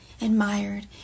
admired